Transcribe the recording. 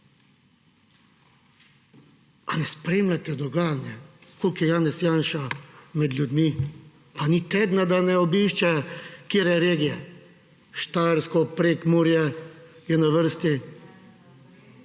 Ali ne spremljate dogajanja, koliko je Janez Janša med ljudmi, pa ni tedna, da ne obišče katere regije, Štajersko, Prekmurje je na vrsti